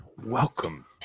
welcome